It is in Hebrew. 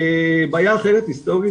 בעיה אחרת היסטורית